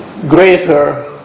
greater